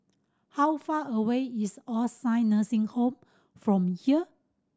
how far away is All Saint Nursing Home from here